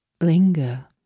Linger